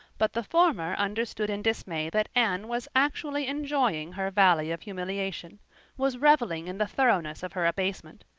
but the former under-stood in dismay that anne was actually enjoying her valley of humiliation was reveling in the thoroughness of her abasement.